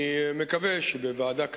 אני מקווה שבוועדה כזאת,